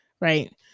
right